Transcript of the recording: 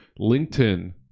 LinkedIn